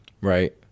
Right